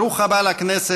ברוך הבא לכנסת,